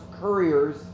couriers